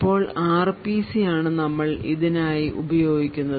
ഇപ്പോൾ R P C ആണ് നമ്മൾ ഇതിനായി ഉപയോഗിക്കുന്നത്